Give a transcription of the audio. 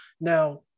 Now